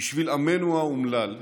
בשביל עמנו האומלל,